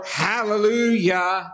hallelujah